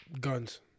guns